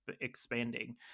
expanding